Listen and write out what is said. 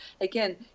again